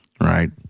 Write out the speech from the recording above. right